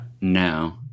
No